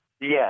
Yes